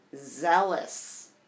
zealous